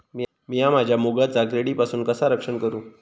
मीया माझ्या मुगाचा किडीपासून कसा रक्षण करू?